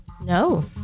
No